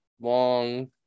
long